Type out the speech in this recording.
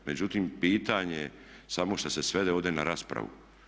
Međutim pitanje samo što se svede ovdje na raspravu.